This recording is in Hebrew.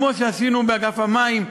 כמו שעשינו באגף המים,